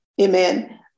Amen